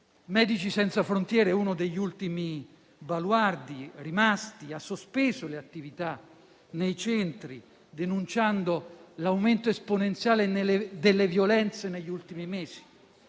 "Medici senza frontiere", uno degli ultimi baluardi rimasti, ha sospeso le attività nei centri, denunciando l'aumento esponenziale delle violenze negli ultimi mesi.